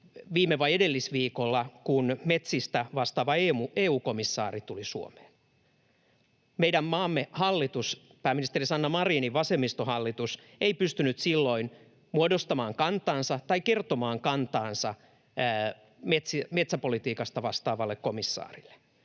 viime- vai edellisviikolla, kun metsistä vastaava EU-komissaari tuli Suomeen. Meidän maamme hallitus, pääministeri Sanna Marinin vasemmistohallitus, ei pystynyt silloin muodostamaan kantaansa tai kertomaan kantaansa metsäpolitiikasta vastaavalle komissaarille.